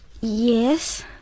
Yes